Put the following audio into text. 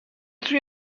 توی